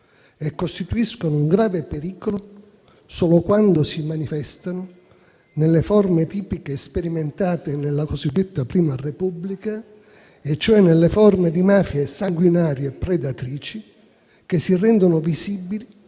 e costituiscano un grave pericolo solo quando si manifestano nelle forme tipiche sperimentate nella cosiddetta Prima Repubblica, cioè in quelle sanguinarie e predatrici, che si rendono visibili